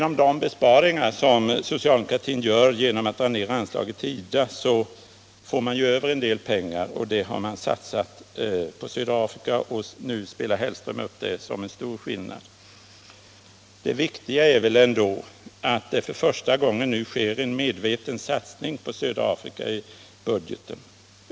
De besparingar som socialdemokratin gör genom att dra ned anslaget Internationellt utvecklingssamar till IDA medför att man får en del pengar över, och dessa har man satsat på södra Afrika. Herr Hellström spelar nu upp det som en stor skillnad. Det viktiga är väl ändå att det nu för första gången sker en medveten satsning på södra Afrika i budgeten.